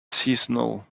seasonal